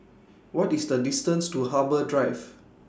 What IS The distance to Harbour Drive